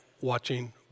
watching